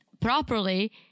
properly